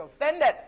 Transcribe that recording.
offended